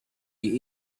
you